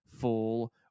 full